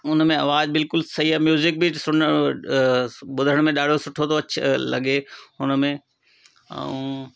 उन में आवाज़ु बिलकुलु सही आहे म्यूज़िक बि सुन ॿुधण में ॾाढो सुठो थो अच लॻे हुन में ऐं